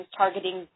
targeting